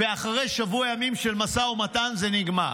ואחרי שבוע ימים של משא ומתן זה נגמר.